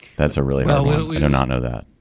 that's a really well we do not know that.